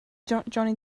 johnny